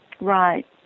right